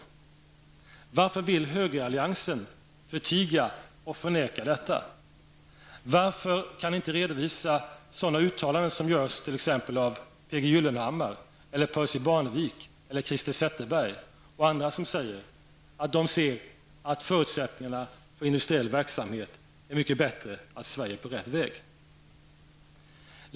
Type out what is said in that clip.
Varför vill högeralliansen förtiga och förneka detta? Varför kan ni inte redovisa de uttalanden som görs av t.ex. P.G. Gyllenhammar, Percy Barnevik, Christer Zetterberg och andra, som säger att förutsättningarna för industriell verksamhet är mycket bättre, att Sverige är på rätt väg?